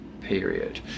period